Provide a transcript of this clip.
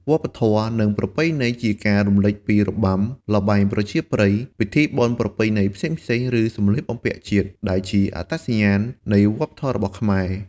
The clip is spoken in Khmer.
វប្បធម៌ និងប្រពៃណីជាការរំលេចពីរបាំ ល្បែងប្រជាប្រិយ ពិធីបុណ្យប្រពៃណីផ្សេងៗ ឬសម្លៀកបំពាក់ជាតិ ដែលជាអត្តសញ្ញាណនៃវប្បធម៌របស់ខ្មែរ។